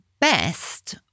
best